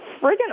friggin